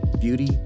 beauty